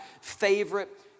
favorite